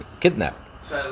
kidnapped